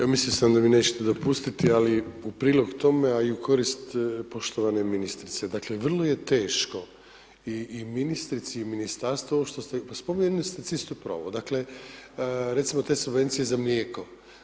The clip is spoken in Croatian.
Evo mislio sam da mi nećete dopustiti ali u prilog tome a i u korist poštovane ministrice, dakle vrlo je teško i ministrici i ministarstvu ovo što ste, spomenuli ste Cista Promo dakle recimo te subvencije za mlijeko.